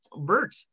Bert